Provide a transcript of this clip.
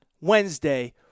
Wednesday